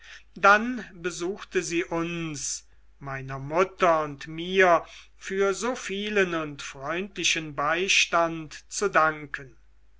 dann besuchte sie uns meiner mutter und mir für so vielen und freundlichen beistand zu danken